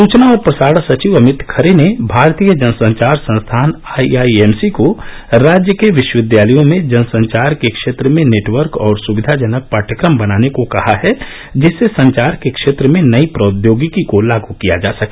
सुचना और प्रसारण सचिव अमित खरे ने भारतीय जनसंचार संस्थान आईआईएमसी को राज्य के विश्वविद्यालयों में जनसंचार के क्षेत्र में नेटवर्क और सुविधाजनक पाठ्यक्रम बनाने को कहा है जिससे संचार के क्षेत्र में नई प्रौद्योगिकी को लाग किया जा सके